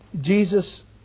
Jesus